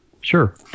Sure